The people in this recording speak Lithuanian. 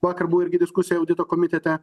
vakar buvo irgi diskusija audito komitete